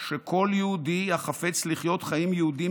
שכל יהודי החפץ לחיות חיים יהודיים